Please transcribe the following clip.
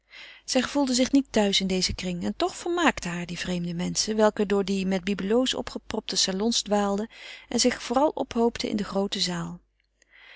zij gevoelde zich niet thuis in dezen kring en toch vermaakten haar die vreemde menschen welke door die met bibelots opgepropte salons dwaalden en zich vooral ophoopten in de groote zaal